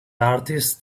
artist